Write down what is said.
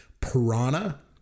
Piranha